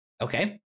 Okay